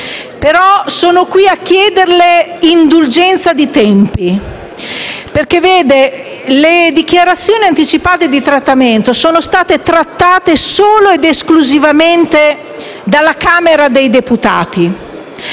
ma sono qui a chiederle indulgenza nei tempi, perché le disposizioni anticipate di trattamento sono state trattate solo ed esclusivamente dalla Camera dei deputati.